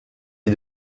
les